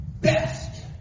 best